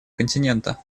континента